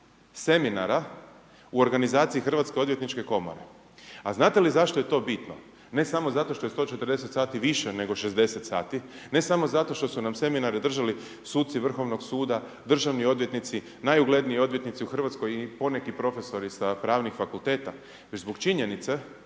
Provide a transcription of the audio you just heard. seminara u organizaciji Hrvatske odvjetničke komore. A znate li zašto je to bitno? Ne samo zato što je 140 sati više nego 60 sati, ne samo zato što su nam seminare držali suci Vrhovnog suda, državni odvjetnici, najugledniji odvjetnici u Hrvatskoj i poneki profesori sa pravnih fakulteta, već zbog činjenice